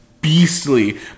beastly